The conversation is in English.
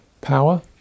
power